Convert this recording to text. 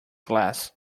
glass